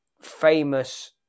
famous